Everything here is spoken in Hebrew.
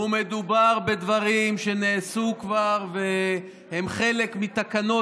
מדובר בדברים שנעשו כבר והם חלק מתקנות